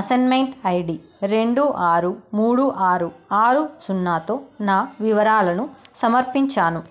assessment I D రెండు ఆరు మూడు ఆరు ఆరు సున్నాతో నా వివరాలను సమర్పించాను